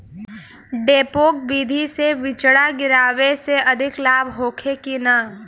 डेपोक विधि से बिचड़ा गिरावे से अधिक लाभ होखे की न?